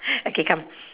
okay come